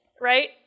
right